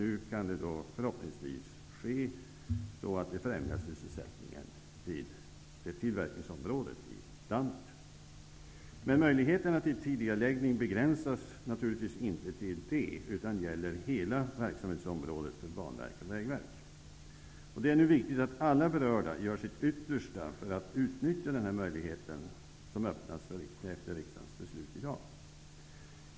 Nu kan detta förhoppningsvis ske, så att sysselsättningen främjas vid tillverkningsområden i landet. Möjligheterna till tidigareläggning begränsas naturligtvis inte till det, utan gäller hela verksamhetsområdet för Banverket och Vägverket. Det är nu viktigt att alla berörda gör sitt yttersta för att utnyttja den möjlighet som öppnas efter riksdagens beslut.